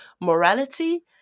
morality